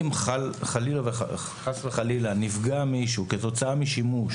אם חלילה וחס מישהו נפגע כתוצאה משימוש